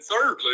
thirdly